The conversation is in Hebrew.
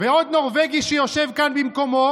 ועוד נורבגי שיושב כאן במקומו